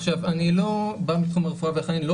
עכשיו אני לא בא מתחום הרפואה ולכן אני לא